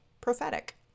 prophetic